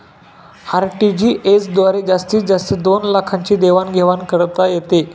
RTGS द्वारे जास्तीत जास्त दोन लाखांची देवाण घेवाण करता येते